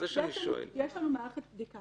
יש לנו מערכת בדיקה.